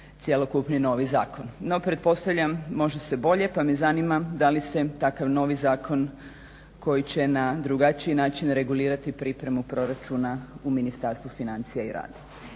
cjelokupni novi zakon. No, pretpostavljam može se bolje, pa me zanima da li se takav novi zakon koji će na drugačiji način regulirati pripremu proračuna u Ministarstvu financija i rada.